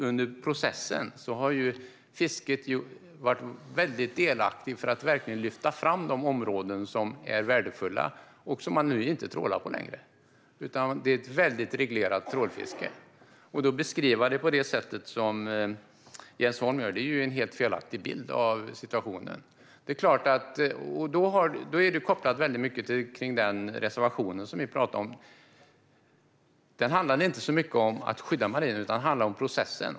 Under processen har fisket varit mycket delaktigt i att verkligen lyfta fram de områden som är värdefulla och där man inte längre trålar utan där det är ett mycket reglerat trålfiske. Att då beskriva detta som Jens Holm gör ger en helt felaktig bild av situationen. Detta är mycket kopplat till den reservation som vi talar om. Den handlar inte så mycket om att skydda marina områden, utan den handlar om processen.